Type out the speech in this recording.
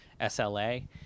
SLA